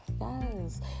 yes